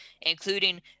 including